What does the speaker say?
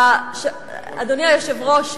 אדוני היושב-ראש,